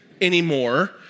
anymore